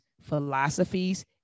philosophies